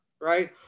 right